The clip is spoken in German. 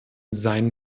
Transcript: seinen